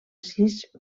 sis